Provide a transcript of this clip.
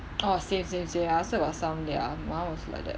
orh same same same I also got some ya my [one] also like that